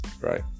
right